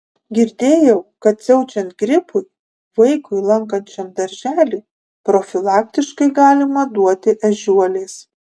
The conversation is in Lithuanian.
girdėjau kad siaučiant gripui vaikui lankančiam darželį profilaktiškai galima duoti ežiuolės